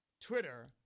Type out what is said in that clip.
Twitter